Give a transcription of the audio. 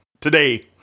Today